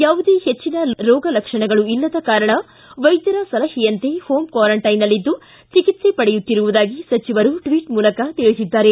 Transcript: ಯಾವುದೇ ಹೆಚ್ಚಿನ ರೋಗ ಲಕ್ಷಣಗಳು ಇಲ್ಲದ ಕಾರಣ ವೈದ್ಯರ ಸಲಹೆಯಂತೆ ಹೋಮ್ ಕ್ವಾರಂಟೈನ್ನಲ್ಲಿದ್ದು ಚಿಕಿತ್ಸ ಪಡೆಯುತ್ತಿರುವುದಾಗಿ ಸಚಿವರು ಟ್ವಿಟ್ ಮೂಲಕ ತಿಳಿಸಿದ್ದಾರೆ